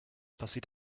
passiert